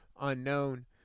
unknown